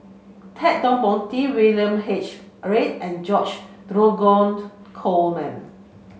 Ted De Ponti William H a Read and George Dromgold Coleman